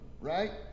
right